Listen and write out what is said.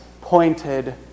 pointed